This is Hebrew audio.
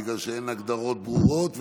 בגלל שאין הגדרות ברורות,